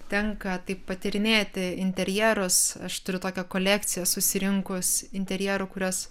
tenka taip patyrinėti interjerus aš turiu tokią kolekciją susirinkus interjerų kuriuos